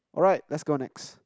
alright let's go on next